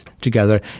together